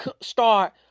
start